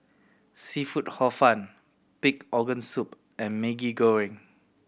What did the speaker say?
seafood Hor Fun pig organ soup and Maggi Goreng